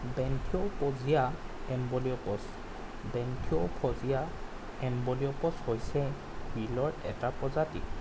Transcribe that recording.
বেন্থিউ প'জিয়া এম্বলিয়পছ বেন্থিউ ফ'জিয়া এম্বলিয়পছ হৈছে ক্ৰিলৰ এটা প্ৰজাতি